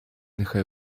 нехай